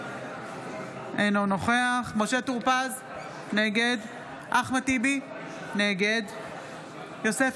אינו נוכח משה טור פז, נגד אחמד טיבי, נגד יוסף